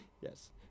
Yes